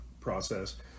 process